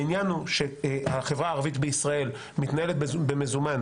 העניין הוא שהחברה הערבית בישראל מתנהלת במזומן